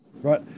right